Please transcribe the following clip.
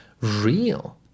real